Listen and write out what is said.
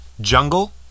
Jungle